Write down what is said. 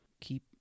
Keep